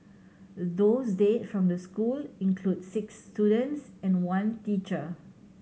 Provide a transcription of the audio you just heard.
those dead from the school include six students and one teacher